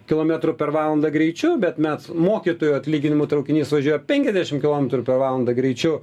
kilometrų per valandą greičiu bet mes mokytojų atlyginimų traukinys važiuoja penkiasdešimt kilometrų per valandą greičiu